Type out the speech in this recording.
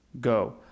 Go